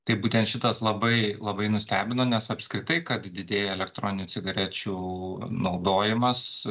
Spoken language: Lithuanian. tai būtent šitas labai labai nustebino nes apskritai kad didėja elektroninių cigarečių naudojimas